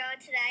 today